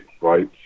right